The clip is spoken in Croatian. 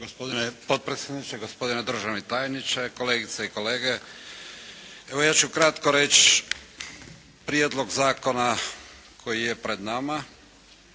Gospodine potpredsjedniče, gospodine državni tajniče, kolegice i kolege. Evo ja ću kratko reći, prijedlog zakona koji je pred nama,